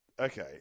Okay